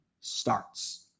starts